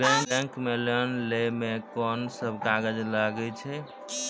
Bank मे loan लै मे कोन सब कागज लागै छै?